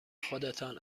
خودتان